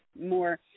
more